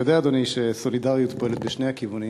אתה יודע, אדוני, שסולידריות פועלת בשני הכיוונים.